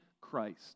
Christ